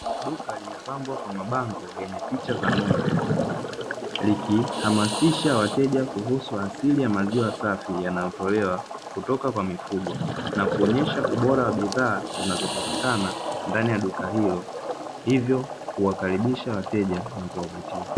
Duka limepambwa kwa mabango yenye picha za ng’ombe, likihamasisha wateja kuhusu asili ya maziwa safi yanayotolewa kutoka kwa mifugo na kuonyesha ubora wa bidhaa zinazopatikana ndani ya duka hilo hivyo kuwakaribisha wateja na kuwavutia.